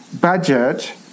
budget